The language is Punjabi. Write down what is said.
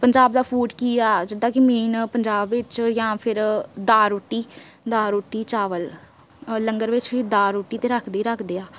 ਪੰਜਾਬ ਦਾ ਫੂਡ ਕੀ ਆ ਜਿੱਦਾਂ ਕੀ ਮੇਨ ਪੰਜਾਬ ਵਿੱਚ ਜਾਂ ਫਿਰ ਦਾਲ ਰੋਟੀ ਦਾਲ ਰੋਟੀ ਚਾਵਲ ਲੰਗਰ ਵਿੱਚ ਵੀ ਦਾਲ ਰੋਟੀ ਤਾਂ ਰੱਖਦੇ ਹੀ ਰੱਖਦੇ ਆ